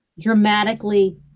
Dramatically